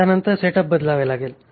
त्यानंतर सेटअप बदलावे लागेल